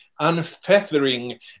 unfeathering